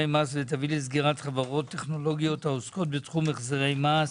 מס ותביא לסגירת חברות טכנולוגיה העוסקות בתחום החזרי מס.